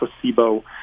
placebo